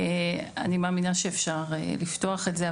אני מאמינה שאפשר לפתוח את זה,